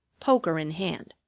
poker in hand.